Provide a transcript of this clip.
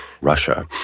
Russia